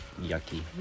Yucky